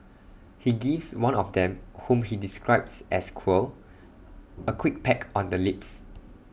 he gives one of them whom he describes as queer A quick peck on the lips